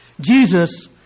Jesus